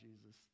Jesus